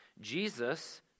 Jesus